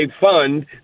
fund